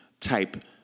type